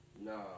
No